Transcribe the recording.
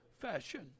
fashion